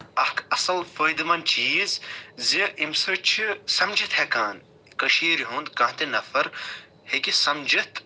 اکھ اَصٕل فٲیدٕ مَند چیٖز زِ اَمہِ سۭتۍ چھِ سَمجِتھ ہٮ۪کان کٔشیٖرِ ہُند کانہہ تہِ نَفر ہیٚکہِ سَمجِتھ